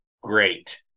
great